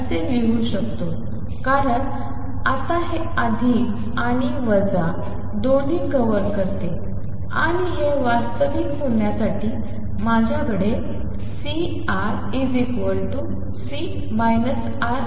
असे लिहू शकतो कारण आता हे अधिक आणि वजा दोन्ही कव्हर करते आणि हे वास्तविक होण्यासाठी माझ्याकडे C C τ